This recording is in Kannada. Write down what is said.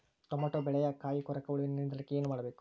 ಟೊಮೆಟೊ ಬೆಳೆಯ ಕಾಯಿ ಕೊರಕ ಹುಳುವಿನ ನಿಯಂತ್ರಣಕ್ಕೆ ಏನು ಮಾಡಬೇಕು?